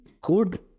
good